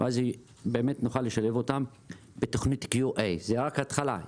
ואז באמת נוכל לשלבם בתכנית QA. זו רק ההתחלה.